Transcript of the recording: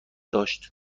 داشت